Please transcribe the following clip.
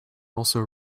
also